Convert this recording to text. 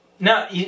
No